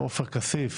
או עופר כסיף,